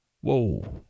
Whoa